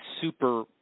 super